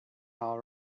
all